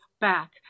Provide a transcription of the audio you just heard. back